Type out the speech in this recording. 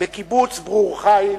בקיבוץ ברור-חיל,